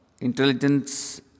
intelligence